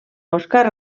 oscar